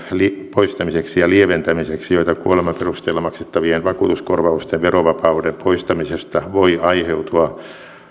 poistamiseksi ja lieventämiseksi joita kuoleman perusteella maksettavien vakuutuskorvausten verovapauden poistamisesta voi aiheutua